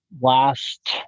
last